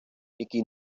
який